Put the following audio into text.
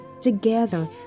together